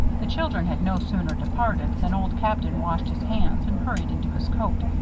the children had no sooner departed than old captain washed his hands and hurried into his coat.